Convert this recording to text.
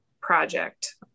project